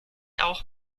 auch